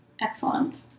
Excellent